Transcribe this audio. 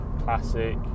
classic